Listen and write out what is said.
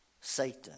Satan